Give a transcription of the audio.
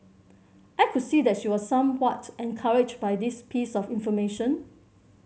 I could see that she was somewhat encouraged by this piece of information